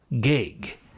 gig